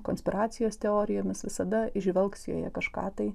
konspiracijos teorijomis visada įžvelgs joje kažką tai